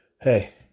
hey